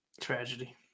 Tragedy